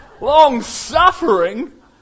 Long-suffering